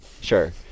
sure